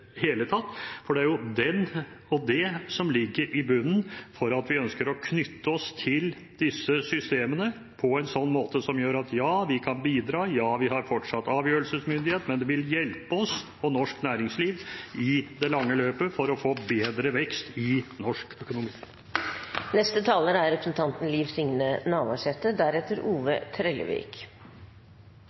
hele tatt. For det er jo det som ligger i bunnen for at vi ønsker å knytte oss til disse systemene på en slik måte som gjør at ja, vi kan bidra, og ja, vi har fortsatt avgjørelsesmyndighet, og det vil hjelpe oss og norsk næringsliv i det lange løp for å få bedre vekst i norsk økonomi. Det har heile vegen kome fram nye moment i denne saka. For meg er